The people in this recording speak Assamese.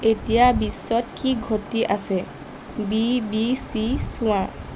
এতিয়া বিশ্বত কি ঘটি আছে বি বি চি চোৱা